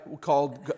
called